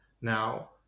now